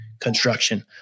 construction